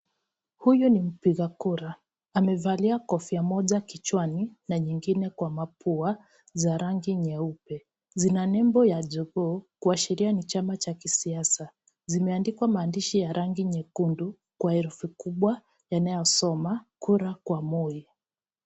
Huyo ni mpiga kura amevalia kofia moja kichwani na nyingine kwa mapua za rangi nyeupe. Zina nembo ya jogoo kuashiria ni chama cha kisiaza. Zimeandikwa maandishi ya rangi nyekundu kwa herufi kubwa, yanayosoma, kura kwa Moi.